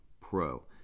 Pro